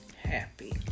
happy